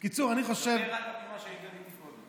בקיצור, אני חושב, מה שהגיוני לפעול.